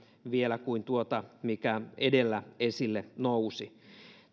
vielä tuota korkeampia kuin mikä edellä esille nousi